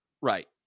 right